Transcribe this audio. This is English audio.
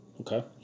Okay